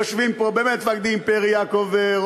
יושבים פה באמת מפקדים: יעקב פרי,